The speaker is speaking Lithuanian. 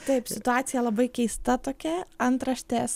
taip situacija labai keista tokia antraštės